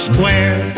Square